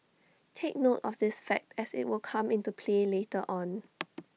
take note of this fact as IT will come into play later on